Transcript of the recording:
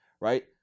right